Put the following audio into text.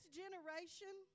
generation